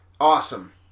Awesome